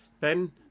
Ben